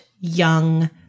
young